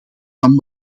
van